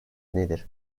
nedir